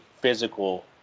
physical